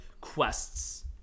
quests